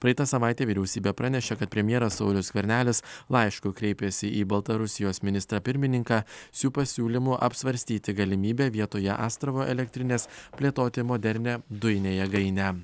praeitą savaitę vyriausybė pranešė kad premjeras saulius skvernelis laišku kreipėsi į baltarusijos ministrą pirmininką su pasiūlymu apsvarstyti galimybę vietoje astravo elektrinės plėtoti modernią dujinę jėgainę